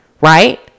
Right